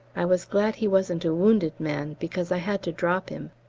i was glad he wasn't a wounded man, because i had to drop him.